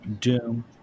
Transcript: doom